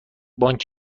بانک